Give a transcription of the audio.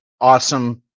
awesome